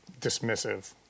dismissive